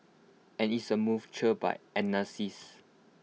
and it's A move cheered by analysts